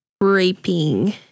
raping